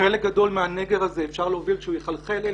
חלק גדול מהנגר הזה אפשר להוביל כך שהוא יחלחל אל